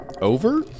over